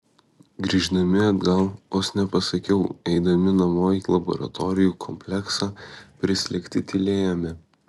grįždami atgal vos nepasakiau eidami namo į laboratorijų kompleksą prislėgti tylėjome